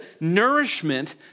nourishment